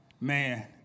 man